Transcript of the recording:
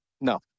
No